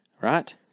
right